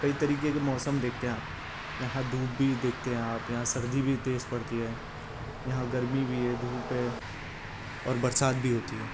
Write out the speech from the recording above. کئی طریقے کے موسم دیکھتے ہیں آپ یہاں دھوپ بھی دیکھتے ہیں آپ یہاں سردی بھی تیز پڑتی ہے یہاں گرمی بھی ہے دھوپ ہے اور برسات بھی ہوتی ہے